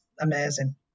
amazing